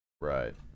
right